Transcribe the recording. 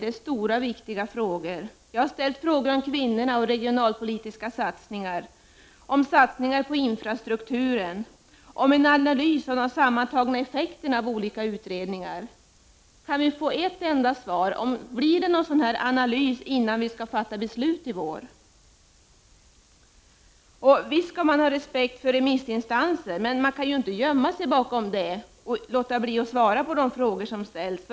Det är stora och viktiga frågor jag har ställt om kvinnorna och regionalpolitiska satsningar, om satsningar på infrastrukturen, om en analys av den sammantagna effekten av olika utredningar. Kan vi få ett enda svar? Blir det någon sådan analys innan vi skall fatta beslut i vår? Visst skall man ha respekt för remissinstanser, men man kan ju inte gömma sig bakom dem och låta bli att svara på de frågor som ställs.